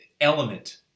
element